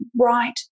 right